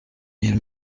iyo